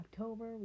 october